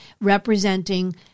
representing